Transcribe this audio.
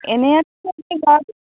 এনেই